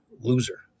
loser